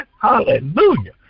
hallelujah